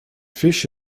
fish